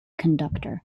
conductor